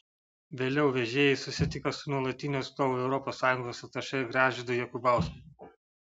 vėliau vežėjai susitiko su nuolatiniu atstovu europos sąjungos atašė gražvydu jakubausku